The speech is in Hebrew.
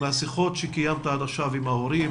מהשיחות שקיימת עד עכשיו עם ההורים,